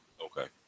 Okay